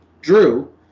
Drew